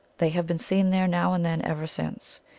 they have been seen there, now and then, ever since.